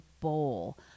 bowl